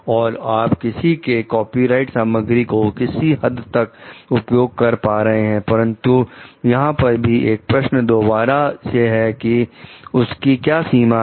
और आप किसी के कॉपीराइट सामग्री को किसी हद तक उपयोग कर पा रहे हैं परंतु यहां पर भी एक प्रश्न चिन्ह दोबारा से है कि उसकी क्या सीमा है